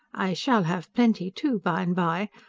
i shall have plenty, too, by and by.